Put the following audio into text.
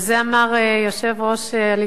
על זה אמר יושב-ראש הליכוד: